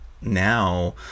now